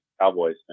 cowboys